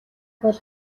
бол